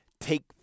Take